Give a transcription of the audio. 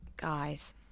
Guys